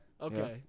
Okay